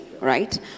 right